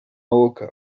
boca